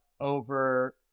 over